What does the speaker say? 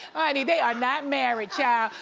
honey, they are not married, child.